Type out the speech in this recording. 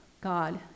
God